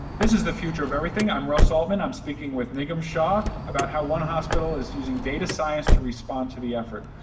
this is the future of everything, i'm russ altman, i'm speaking with nigam shah about how one hospital is using data science to respond to the effort.